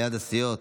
ליד הסיעות.